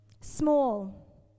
small